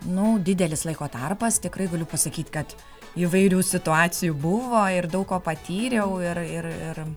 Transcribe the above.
nu didelis laiko tarpas tikrai galiu pasakyt kad įvairių situacijų buvo ir daug ko patyriau ir ir ir